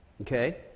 okay